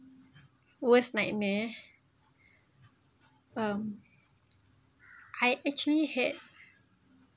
worst nightmare um I actually had